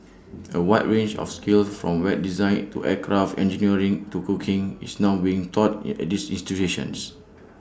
A wide range of skills from web design to aircraft engineering to cooking is now being taught at these institutions